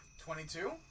Twenty-two